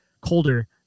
colder